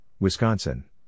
Wisconsin